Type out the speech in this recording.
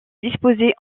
disposées